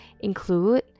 include